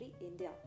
India